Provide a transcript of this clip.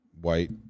white